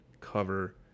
cover